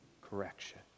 correction